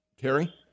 Terry